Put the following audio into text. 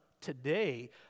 today